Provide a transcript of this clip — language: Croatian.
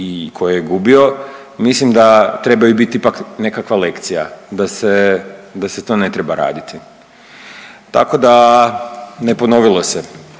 i koje je gubio mislim da trebaju bit ipak nekakva lekcija da se, da se to ne treba raditi. Tako da ne ponovilo se